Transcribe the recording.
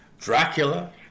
dracula